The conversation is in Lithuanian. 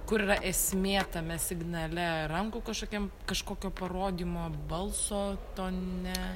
kur yra esmė tame signale rankų kažkokiam kažkokio parodymo balso tone